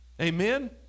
Amen